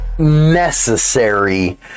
necessary